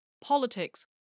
politics